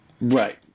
Right